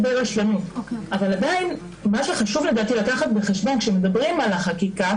אבל עדיין מה שחשוב לדעתי לקחת בחשבון כשמדברים על חקיקה